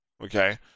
okay